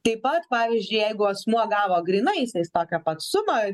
taip pat pavyzdžiui jeigu asmuo gavo grynaisiais tokią pat sumą